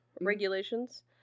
regulations